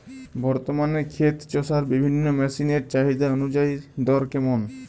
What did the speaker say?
বর্তমানে ক্ষেত চষার বিভিন্ন মেশিন এর চাহিদা অনুযায়ী দর কেমন?